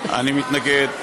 אני מתנגד,